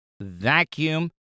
Vacuum